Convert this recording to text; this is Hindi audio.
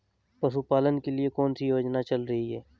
पशुपालन के लिए कौन सी योजना चल रही है?